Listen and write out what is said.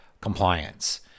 compliance